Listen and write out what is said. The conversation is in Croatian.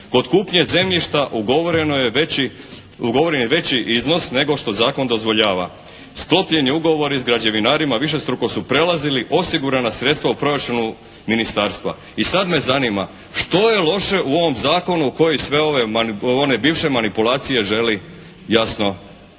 je veći, ugovoren je veći iznos nego što zakon dozvoljava. Sklopljeni ugovori s građevinarima višestruko su prelazili osigurana sredstva u proračunu Ministarstva. I sad me zanima što je loše u ovom zakonu koji sve ove, one bivše manipulacije želi jasno ukinuti?